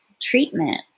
treatment